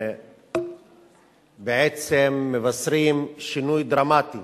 בעצם מבשרים שינוי דרמטי